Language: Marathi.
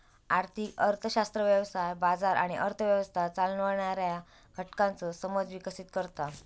आर्थिक अर्थशास्त्र व्यवसाय, बाजार आणि अर्थ व्यवस्था चालवणाऱ्या घटकांचो समज विकसीत करता